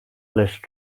les